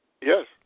Yes